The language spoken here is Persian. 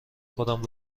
خودم